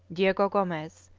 diego gomez,